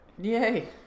yay